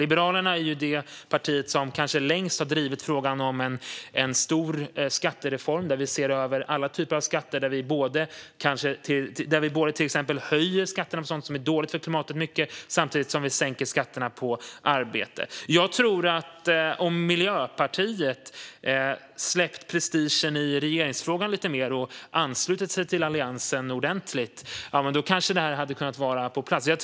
Liberalerna är det parti som kanske längst har drivit frågan om en stor skattereform där vi ser över alla typer av skatter och både till exempel höjer skatterna mycket på sådant som är dåligt för klimatet och sänker skatterna på arbete. Om Miljöpartiet hade släppt prestigen lite mer i regeringsfrågan och anslutit sig till Alliansen ordentligt tror jag att detta kanske hade kunnat vara på plats.